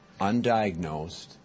undiagnosed